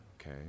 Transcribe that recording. okay